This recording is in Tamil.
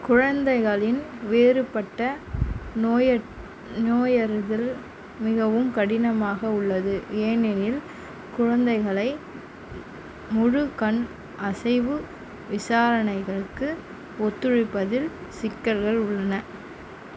குழந்தைகளில் வேறுபட்ட நோய நோயறிதல் மிகவும் கடினமாக உள்ளது ஏனெனில் குழந்தைகளை முழு கண் அசைவு விசாரணைகளுக்கு ஒத்துழைப்பதில் சிக்கல்கள் உள்ளன